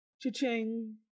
Cha-ching